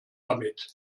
damit